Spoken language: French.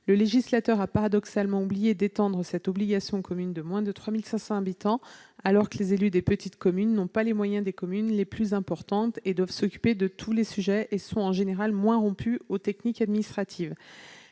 Le législateur a paradoxalement oublié d'étendre cette obligation aux communes de moins de 3 500 habitants alors que les élus des petites communes n'ont pas les moyens des communes les plus importantes, doivent s'occuper de tous les sujets et sont en général moins rompus aux techniques administratives.